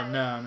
no